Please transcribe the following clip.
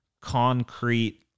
concrete